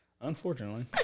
Unfortunately